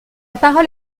parole